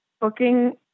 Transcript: booking